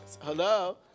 Hello